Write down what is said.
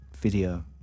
video